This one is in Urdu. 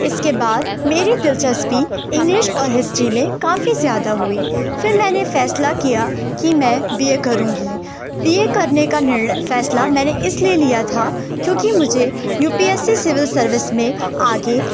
اس کے بعد میری دلچسپی انگلش اور ہسٹری میں کافی زیادہ ہوئی پھر میں نے فیصلہ کیا کہ میں بے اے کروں گی بی اے کرنے کا نرڑے فیصلہ میں نے اس لیے لیا تھا کیونکہ مجھے U P S C civil service میں آگے